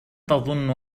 تظن